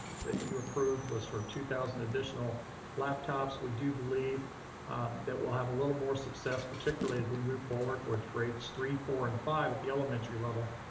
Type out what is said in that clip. that you approved, was for two thousand additional laptops. we do believe that we'll have a little more success, particularly as we move forward, with grades three, four, and five at the elementary level,